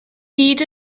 gyd